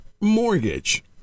mortgage